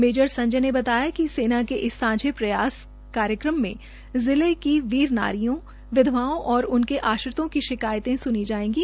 major Sanjay ने बताया कि सेना के इस सांझे प्रयास कार्यक्रम में जिले की वीर नारियों विधवाओं और उनके आश्रितों की शिकायतें सुनी जाएंगी